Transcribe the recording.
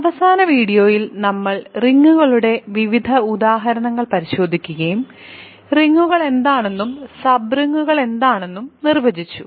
അവസാന വീഡിയോയിൽ നമ്മൾ റിങ്ങുകളുടെ വിവിധ ഉദാഹരണങ്ങൾ പരിശോധിക്കുകയും റിങ്ങുകൾ എന്താണെന്നും സബ്റിങ്ങുകൾ എന്താണെന്നും നിർവചിച്ചു